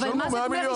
אז שישלמו 100 מיליון.